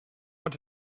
want